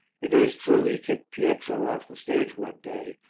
it is true he kicked pietro off the stage one day,